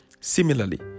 Similarly